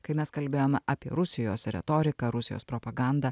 kai mes kalbėjome apie rusijos retoriką rusijos propagandą